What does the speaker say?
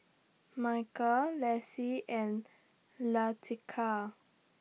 Michael Lacey and Leticia